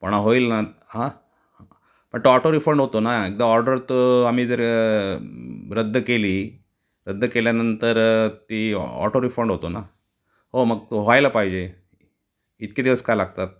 पण होईल ना हां पण तो ऑटो रिफंड होतो ना एकदा ऑर्डर तो आम्ही जर रद्द केली रद्द केल्यानंतर ती ऑटो रिफंड होतो ना हो मग तो व्हायला पाहिजे इतके दिवस का लागतात